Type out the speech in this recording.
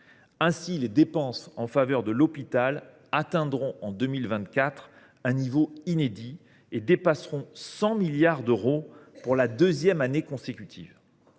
Ainsi, les dépenses en faveur de l’hôpital atteindront en 2024 un niveau inédit et dépasseront les 100 milliards d’euros pour la deuxième année consécutive.